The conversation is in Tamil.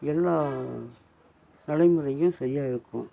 எல்லா தலைமுறைக்கும் சரியாக இருக்கும்